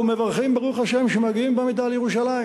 ומברכים ברוך השם שמגיעים בעמידה לירושלים.